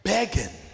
Begging